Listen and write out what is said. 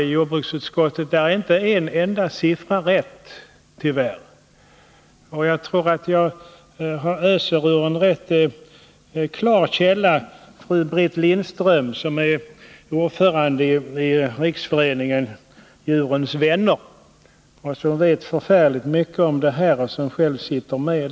I betänkandet är inte en enda siffra rätt, tyvärr. Jag tror att jag öser ur en ganska klar källa. Fru Britt Lindström, som är ordförande i Riksföreningen Djurens vänner och som själv sitter med här, vet förfärligt mycket om detta ämne.